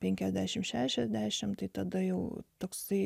penkiasdešimt šešiasdešimt tai tada jau toks tai